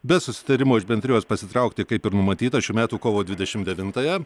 be susitarimo iš bendrijos pasitraukti kaip ir numatyta šių metų kovo dvidešim devintąją